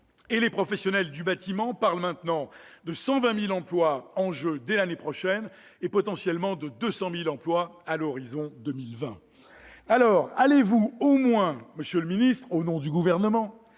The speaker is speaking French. et les professionnels du bâtiment parlent maintenant de 120 000 emplois en jeu dès l'année prochaine, et potentiellement de 200 000 emplois à l'horizon 2020. Allez-vous au moins, au nom du Gouvernement,